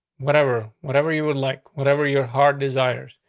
whatever. whatever you would like. whatever your heart desires.